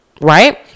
Right